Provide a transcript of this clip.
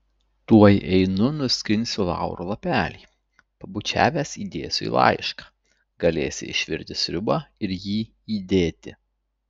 tuoj einu nuskinsiu lauro lapelį pabučiavęs įdėsiu į laišką galėsi išvirti sriubą ir jį įdėti